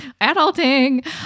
adulting